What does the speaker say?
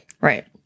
Right